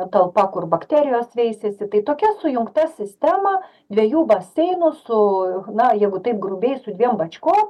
talpa kur bakterijos veisiasi tai tokia sujungta sistema dviejų baseinų su na jeigu taip grubiai su dviem bačkom